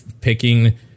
picking